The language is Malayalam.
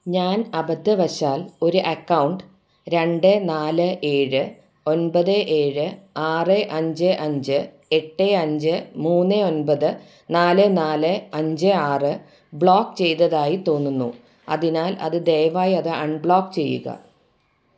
ഞാൻ അബദ്ധവശാൽ ഒരു അക്കൗണ്ട് രണ്ട് നാല് ഏഴ് ഒന്പത് ഏഴ് ആറ് അഞ്ച് അഞ്ച് എട്ട് അഞ്ച് മൂന്ന് ഒന്പത് നാല് നാല് അഞ്ച് ആറ് ബ്ലോക്ക് ചെയ്തതായി തോന്നുന്നു അതിനാൽ അത് ദയവായി അത് അൺബ്ലോക്ക് ചെയ്യുക